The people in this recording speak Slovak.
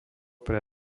pre